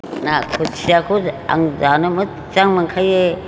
ना बोथियाखौ आं जानो मोथजां मोनखायो